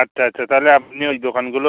আচ্ছা আচ্ছা তাহলে আপনি ঐ দোকানগুলো